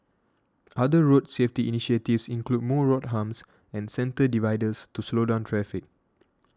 other road safety initiatives include more road humps and centre dividers to slow down traffic